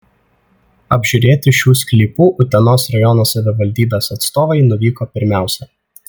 apžiūrėti šių sklypų utenos rajono savivaldybės atstovai nuvyko pirmiausia